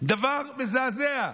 דבר מזעזע.